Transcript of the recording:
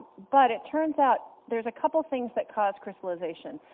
but it turns out, there's a couple things that cause crystallisation.